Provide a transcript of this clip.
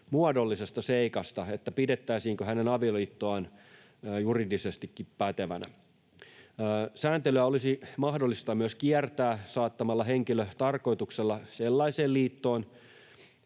muodollisesta seikasta, pidettäisiinkö hänen avioliittoaan juridisestikin pätevänä. Sääntelyä olisi mahdollista myös kiertää saattamalla henkilö tarkoituksella sellaiseen liittoon,